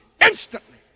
instantly